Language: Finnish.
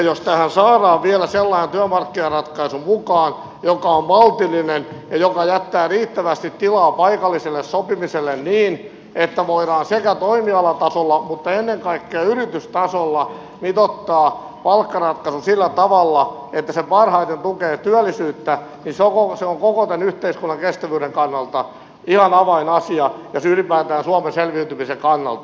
jos tähän saadaan vielä sellainen työmarkkinaratkaisu mukaan joka on maltillinen ja joka jättää riittävästi tilaa paikalliselle sopimiselle niin että voidaan sekä toimialatasolla mutta ennen kaikkea yritystasolla mitoittaa palkkaratkaisu sillä tavalla että se parhaiten tukee työllisyyttä niin se on koko tämän yhteiskunnan kestävyyden kannalta ihan avainasia ja ylipäätään suomen selviytymisen kannalta